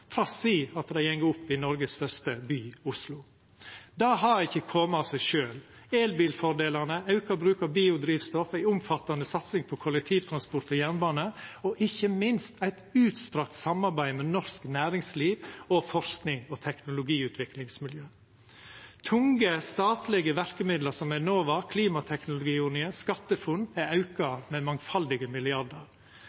trass i at dei går opp i Noregs største by, Oslo. Det har ikkje kome av seg sjølv, men gjennom elbilfordelar, auka bruk av biodrivstoff, ei omfattande satsing på kollektivtransport og jernbane og ikkje minst eit utstrekt samarbeid med norsk næringsliv og forskings- og teknologiutviklingsmiljø. Tunge statlege verkemiddel som Enova, klimateknologiordninga og SkatteFUNN er auka